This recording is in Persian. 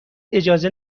اجازه